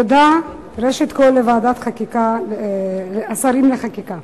תודה, ראשית כול, לוועדת השרים לחקיקה.